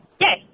Yes